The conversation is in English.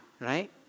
right